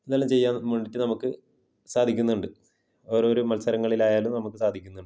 ഇതെല്ലാം ചെയ്യാന് വേണ്ടിയിട്ട് നമുക്ക് സാധിക്കുന്നുണ്ട് ഓരോരു മത്സരങ്ങളിലായാലും നമുക്ക് സാധിക്കുന്നുണ്ട്